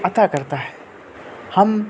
عطا کرتا ہے ہم